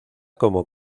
como